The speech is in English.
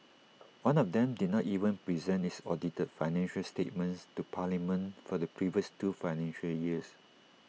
one of them did not even present its audited financial statements to parliament for the previous two financial years